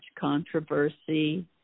controversy